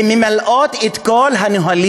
הן ממלאות את כל הנהלים,